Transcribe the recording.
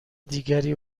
دیگری